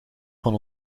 van